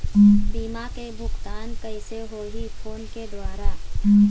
बीमा के भुगतान कइसे होही फ़ोन के द्वारा?